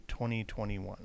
2021